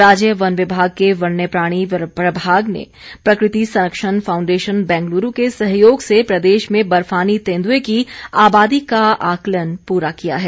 राज्य वन विभाग के वन्यप्राणी प्रभाग ने प्रकृति संरक्षण फाउण्डेशन बेंगलुरू के सहयोग से प्रदेश में बर्फानी तेन्दुए की आबादी का आकलन पूरा किया है